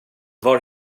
var